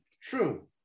true